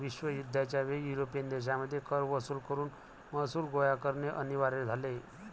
विश्वयुद्ध च्या वेळी युरोपियन देशांमध्ये कर वसूल करून महसूल गोळा करणे अनिवार्य झाले